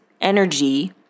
energy